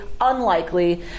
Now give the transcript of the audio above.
unlikely